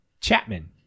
Chapman